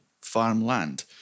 farmland